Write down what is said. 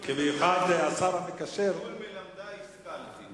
מכל מלמדי השכלתי.